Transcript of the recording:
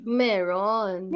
meron